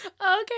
okay